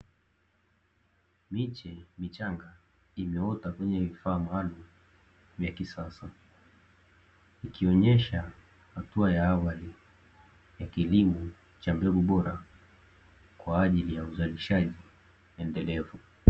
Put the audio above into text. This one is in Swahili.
Miche michanga imetoa kwenye vifaa maalumu vya kisasa, ikionyesha hatua ya awali ya kilimo cha mbegu bora kwa ajili ya uzalishaji endelevu.